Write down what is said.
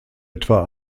etwa